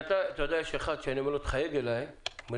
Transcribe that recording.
יש אדם שכאשר אני אומר לו שיחייג אליי הוא אומר